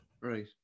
Right